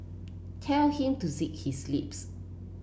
tell him to zip his lips